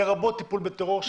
לרבות טיפול בטרור,